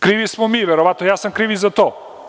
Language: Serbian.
Krivi smo mi verovatno, ja sam kriv i za to.